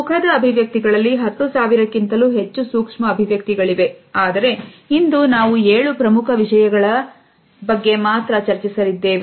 ಮುಖದ ಅಭಿವ್ಯಕ್ತಿಗಳಲ್ಲಿ 10 ಸಾವಿರಕ್ಕಿಂತಲೂ ಹೆಚ್ಚು ಸೂಕ್ಷ್ಮ ಅಭಿವ್ಯಕ್ತಿ ಗಳಿವೆ ಆದರೆ ಇಂದು ನಾವು ಏಳು ಪ್ರಮುಖ ವಿಷಯಗಳ ಬಗ್ಗೆ ಮಾತ್ರ ಚರ್ಚಿಸಲಿದ್ದೇವೆ